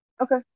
Okay